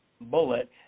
bullet